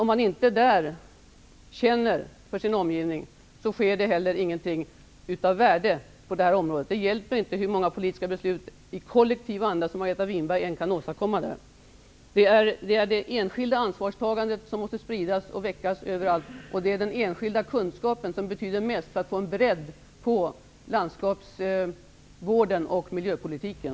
Om man där inte känner för sin omgivning och tar ansvar för den sker det inte heller någonting av värde på det här området. Det hjälper inte hur många politiska beslut i kollektiv anda som Margareta Winberg åstadkommer. Det är det enskilda ansvarstagandet som måste väckas överallt och spridas, och det är den enskilda kunskapen som betyder mest för att få bredd på landskapsvården och miljöpolitiken.